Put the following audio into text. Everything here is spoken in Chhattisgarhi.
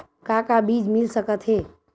का का बीज मिल सकत हे?